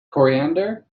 coriander